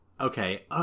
okay